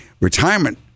retirement